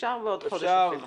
אפשר בעוד חודש.